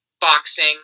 boxing